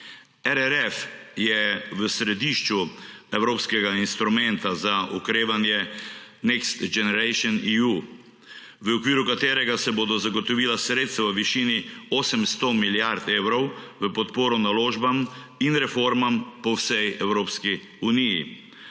RRF je v središču evropskega instrumenta za okrevanje Next Generation EU, v okviru katerega se bodo zagotovila sredstva v višini 800 milijard evrov v podporo naložbam in reformam po vsej Evropski uniji.